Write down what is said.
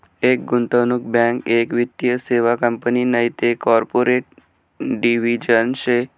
एक गुंतवणूक बँक एक वित्तीय सेवा कंपनी नैते कॉर्पोरेट डिव्हिजन शे